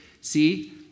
See